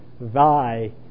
thy